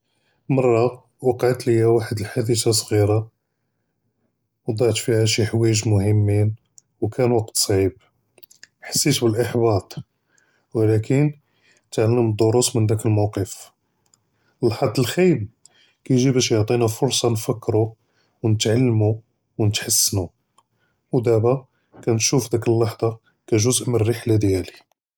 מַרַה וְקַעַת לִיַא וַחְד אֶלְחָאדְתָה ṣְגִ'ירָה וְקַעַת פִיהَا שִי חְוָאיִיג מְהִימִין וְכָּאן וַקְת צְעִיב, חַסִית בְּאֶלְאִחְבַּاط וּלָקִין תְּעַלַּמְתּ דְּרוּס מִן דַּאק אֶלְמוּוַקַּף וַחַד אֶלְחַיִבּ כַּאיְגִ'י יְעְטִינַא פְּרְסָה בַּאש נְפַכְּרוּ, נְתְעַלְּמוּ וּנִתְחַסְּנוּ, וְדַאבָּא כַּאנְשּׁוּף דַּאק אֶלְלַחְצָה כְּגְּזְא' מִן אֶלְרִחְלָה דִּיַאלִי.